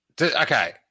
Okay